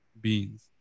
beings